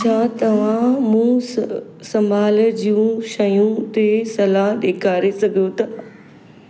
छा तव्हां मुंहुं संभाल जूं शयूं ते सलाहु ॾेखारे सघो था